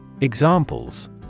Examples